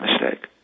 mistake